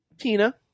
Tina